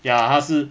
ya 他是